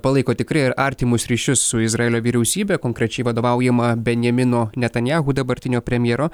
palaiko tikrai ir artimus ryšius su izraelio vyriausybe konkrečiai vadovaujama benjamino netanjahu dabartinio premjero